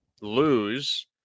lose